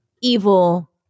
evil